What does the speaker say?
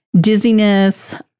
dizziness